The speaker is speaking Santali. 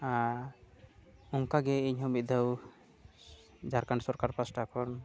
ᱟᱨ ᱚᱱᱠᱟᱜᱮ ᱤᱧᱦᱚᱸ ᱢᱤᱫ ᱫᱷᱟᱹᱣ ᱡᱷᱟᱲᱠᱷᱚᱸᱰ ᱥᱚᱨᱠᱟᱨ ᱯᱟᱦᱴᱟ ᱠᱷᱚᱱ